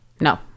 No